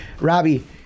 Robbie